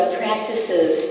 practices